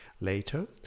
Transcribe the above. Later